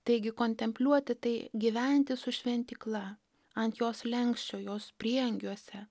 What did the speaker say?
taigi kontempliuoti tai gyventi su šventykla ant jos slenksčio jos prieangiuose